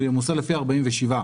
הוא ימוסה לפי 47 אחוזים.